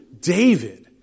David